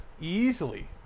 easily